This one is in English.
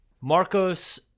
Marcos